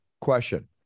question